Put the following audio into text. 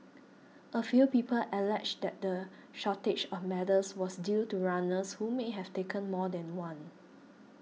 a few people alleged that the shortage of medals was due to runners who may have taken more than one